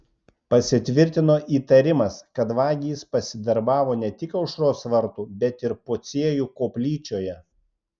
pasitvirtino įtarimas kad vagys pasidarbavo ne tik aušros vartų bet ir pociejų koplyčioje